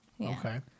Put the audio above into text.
Okay